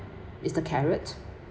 is the carrot